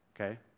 okay